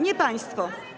Nie państwo.